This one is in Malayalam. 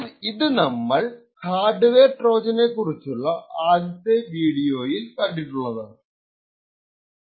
ഇത് നമ്മൾ ഹാർഡ്വെയർ ട്രോജനെ കുറിച്ചുള്ള ആദ്യത്തെ വിഡിയോയിൽ കണ്ടിട്ടുണ്ടാ യിരുന്നു